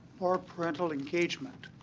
more parental engagement.